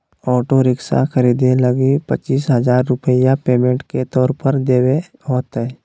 auto rickshaw खरीदे लगी पचीस हजार रूपया पेमेंट के तौर पर देवे होतय